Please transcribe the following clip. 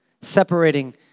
separating